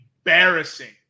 embarrassing